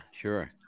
sure